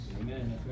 Amen